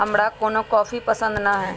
हमरा कोनो कॉफी पसंदे न हए